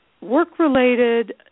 work-related